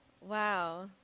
Wow